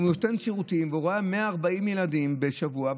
והוא נותן שירותים ורואה 140 ילדים בשבוע,